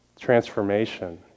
transformation